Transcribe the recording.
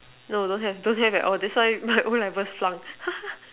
no don't have don't have at all that why why I never flunk